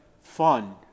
fun